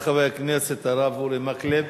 תודה, חבר הכנסת הרב אורי מקלב.